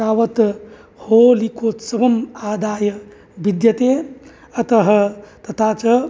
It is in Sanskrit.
तावत् होलिकोत्सवम् आदाय विद्यते अतः तथा च